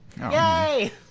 Yay